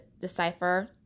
decipher